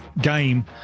game